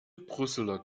brüsseler